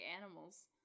animals